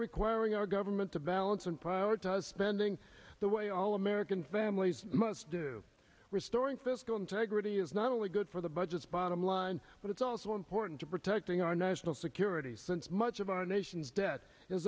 requiring our government to balance and prioritize spending the way all american families must do restoring fiscal integrity is not only good for the budget bottom line but it's also important to protecting our national security since much of our nation's debt is